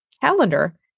calendar